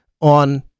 on